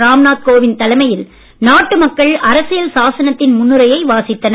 ராம் நாத் கோவிந்த் தலைமையில் நாட்டு மக்கள் அரசியல் சாசனத்தின் முன்னுரையை வாசித்தனர்